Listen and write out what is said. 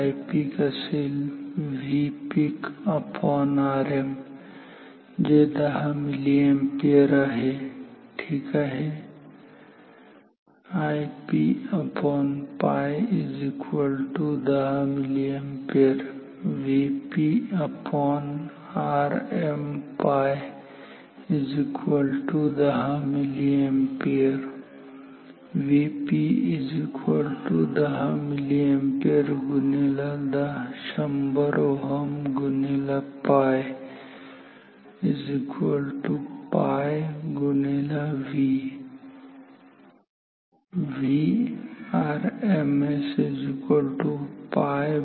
Ipeak असेल VpeakRm जे 10 milli ampere आहे ठीक आहे